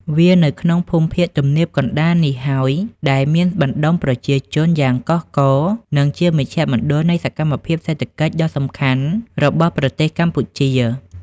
វានៅក្នុងភូមិភាគទំនាបកណ្ដាលនេះហើយ ដែលមានបណ្ដុំប្រជាជនយ៉ាងកុះករ និងជាមជ្ឈមណ្ឌលនៃសកម្មភាពសេដ្ឋកិច្ចដ៏សំខាន់របស់ប្រទេសកម្ពុជា។